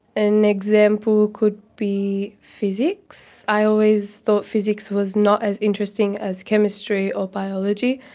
an example could be physics. i always thought physics was not as interesting as chemistry or biology.